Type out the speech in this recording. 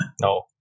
No